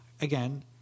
Again